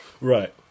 Right